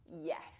yes